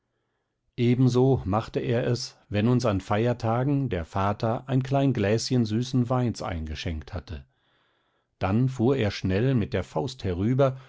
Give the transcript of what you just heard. ebenso machte er es wenn uns an feiertagen der vater ein klein gläschen süßen weins eingeschenkt hatte dann fuhr er schnell mit der faust herüber